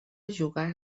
jugà